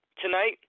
tonight